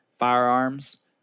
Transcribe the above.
Firearms